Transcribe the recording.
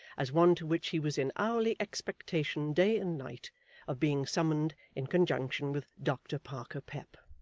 as one to which he was in hourly expectation day and night of being summoned, in conjunction with doctor parker pep.